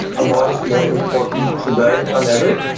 and why is more important today than ever?